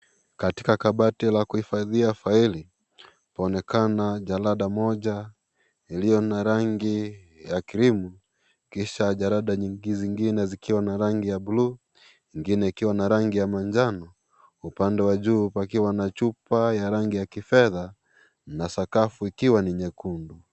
Katika kabati la kuhifadhia faili, panaonekana jalada moja iliyo na rangi ya cream . Kisha jalada zingine zikiwa na rangi ya bluu, ingine ikiwa na rangi ya manjano, upande wa juu pakiwa na chupa ya rangi ya kifhedha na sakafu ikiwa ni nyekundu.